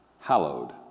Hallowed